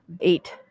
Eight